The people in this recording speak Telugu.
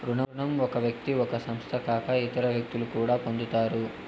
రుణం ఒక వ్యక్తి ఒక సంస్థ కాక ఇతర వ్యక్తులు కూడా పొందుతారు